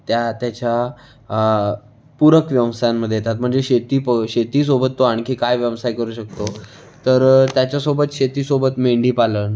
त्या त्याच्या पूरक व्यवसायांमध्ये येतात म्हणजे शेती प शेतीसोबत तो आणखी काय व्यवसाय करू शकतो तर त्याच्यासोबत शेतीसोबत मेंढीपालन